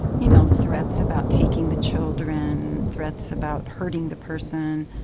you know, threats about taking the children, threats about hurting the person.